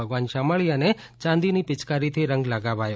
ભગવાન શામળિયાને ચાંદીની પિચકારીથી રંગ લગાવાયો